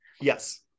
Yes